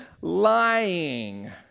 Lying